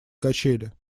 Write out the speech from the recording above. качели